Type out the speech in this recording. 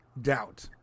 doubt